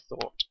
thought